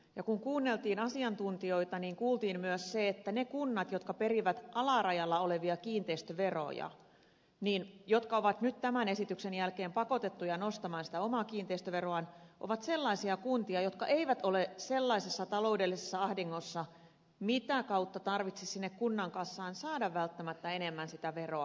kun kuunneltiin asiantuntijoita niin kuultiin myös se että ne kunnat jotka perivät alarajalla olevia kiinteistöveroja ja joiden on pakko nyt tämän esityksen jälkeen nostaa omaa kiinteistöveroaan ovat kuntia jotka eivät ole sellaisessa taloudellisessa ahdingossa että kunnan kassaan pitäisi saada välttämättä enemmän sitä veroa